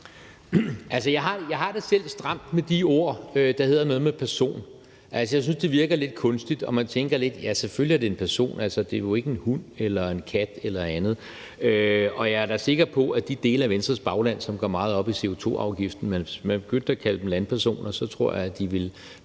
Jeg har det selv stramt med de ord, der hedder noget med person. Jeg synes, det virker lidt kunstigt, og man tænker lidt: Ja, selvfølgelig er det en person – det er jo ikke en hund eller en kat eller noget andet. Og jeg er da sikker på, at hvis man begyndte at kalde de dele af Venstres bagland, som går meget op i CO2-afgiften, landpersoner, så ville de blive virkelig